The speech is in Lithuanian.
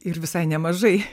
ir visai nemažai